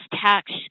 tax